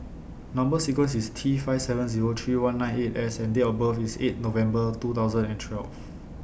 Number sequence IS T five seven Zero three one nine eight S and Date of birth IS eight November two thousand and twelve